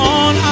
on